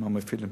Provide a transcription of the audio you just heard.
עם המפעילים.